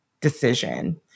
decision